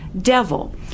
devil